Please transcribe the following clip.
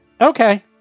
Okay